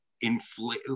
inflate